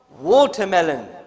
Watermelon